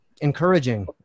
encouraging